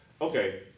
okay